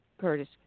Curtis